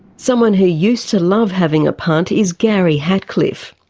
someone who used to love having a punt is gary hatcliffe.